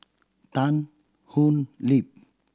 Tan Thoon Lip